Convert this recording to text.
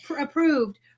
approved